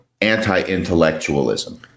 anti-intellectualism